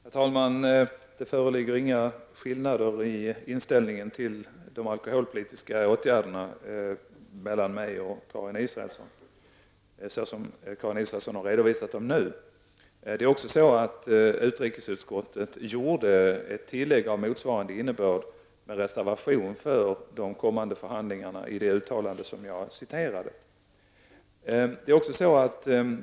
Herr talman! Det föreligger inga skillnader i inställning till de alkoholpolitiska åtgärderna mellan mig och Karin Israelsson såsom Karin Israelsson har redovisat dem nu. Utrikesutskottet gjorde ett tillägg av motsvarande innebörd med reservation för de kommande förhandlingarna i det uttalande som jag citerade.